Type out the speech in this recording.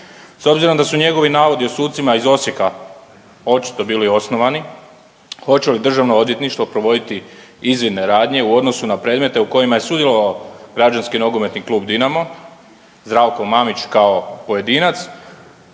S obzirom da su njegovi navodi o sucima iz Osijeka očito bili osnovani, hoće li DORH provoditi izvidne radnje u odnosu na predmete u kojima je sudjelovao građanski Nogometni klub Dinamo, Zdravko Mamić kao pojedinac